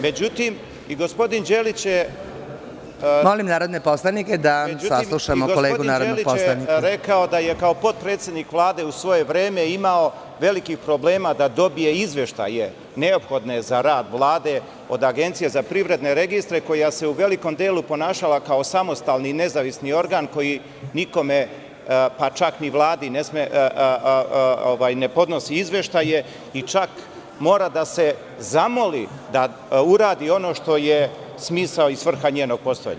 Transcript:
Međutim, i gospodin Đelić je… (Predsedavajuća: Molim narodne poslanike da saslušamo kolegu narodnog poslanika.) … rekao da je kao potpredsednik Vlade u svoje vreme imao velikih problema da dobije izveštaje neophodne za rad Vlade od Agencije za privredne registre koja se u velikom delu ponašala kao samostalni i nezavisni organ koji nikome, pa čak ni Vladi ne podnosi izveštaje i čak mora da se zamoli da uradi ono što je smisao i svrha njenog postojanja.